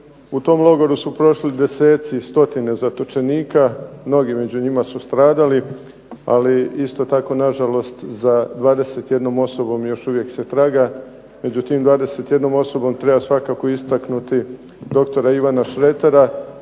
u tom logoru su prošli deseci i stotine zatočenika. Mnogi među njima su stradali, ali isto tako nažalost za 21 osobom još uvijek se traga. Među tom 21 osobom treba svakako istaknuti dr. Ivana Šretara